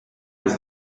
has